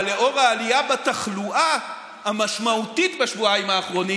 אבל לנוכח העלייה המשמעותית בשבועיים האחרונים